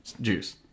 juice